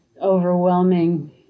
overwhelming